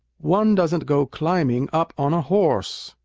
one doesn't go climbing up on a horse!